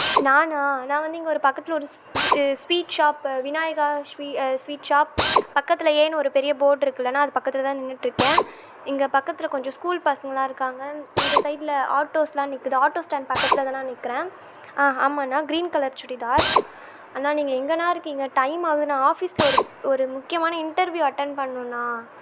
நானா நான் வந்து இங்கே ஒரு பக்கத்தில் ஒரு ஸ்வீ ஸ்வீட் ஷாப்பு விநாயகா ஷ்வீ ஸ்வீட் ஷாப் பக்கத்தில் ஏன்னு ஒரு பெரிய போர்ட்டிருக்குல்லண்ணா அது பக்கத்தில் தான் நின்றிட்ருக்கேன் இங்கே பக்கத்தில் கொஞ்சம் ஸ்கூல் பசங்கெளாம் இருக்காங்க இந்த சைடில் ஆட்டோஸெலாம் நிற்குது ஆட்டோ ஸ்டாண்ட் பக்கத்தில் தாண்ணா நிற்கிறேன் ஆ ஆமாண்ணா க்ரீன் கலர் சுடிதார் அண்ணா நீங்கள் எங்கேண்ணா இருக்கீங்க டைம் ஆகுதுண்ணா ஆஃபீஸ்சில் ஒரு ஒரு முக்கியமான இன்டர்வியூ அட்டன் பண்ணுண்ணா